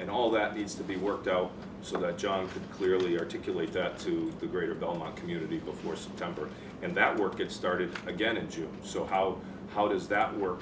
and all that needs to be worked out so that john from clearly articulate that to the greater government community before september and that work get started again in june so how how does that work